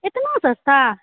एतना सस्ता